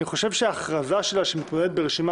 אני חושב שההכרזה שלה שהיא מתמודדת ברשימה